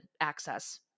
access